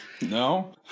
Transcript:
No